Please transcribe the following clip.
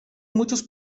muchos